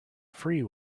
free